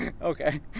Okay